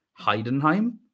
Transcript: Heidenheim